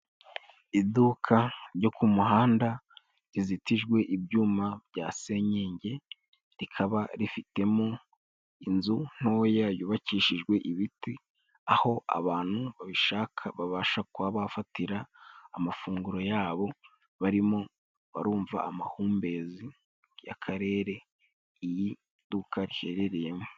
Iduka ryo ku muhanda rizitijwe ibyuma bya senyenge, rikaba rifitemo inzu ntoya yubakishijwe ibiti aho abantu babishaka babasha kuba bafatira amafunguro yabo, barimo barumva amahumbezi y'akarere iryo duka riherereyemo.